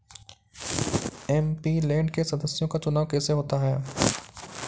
MP land के सदस्यों का चुनाव कैसे होता है?